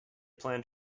planned